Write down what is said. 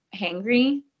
hangry